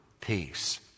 peace